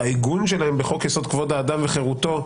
אני לא חושב שהעיגון שלהן בחוק-יסוד: כבוד האדם וחירותו,